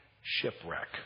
shipwreck